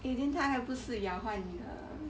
eh then 他不是咬坏你的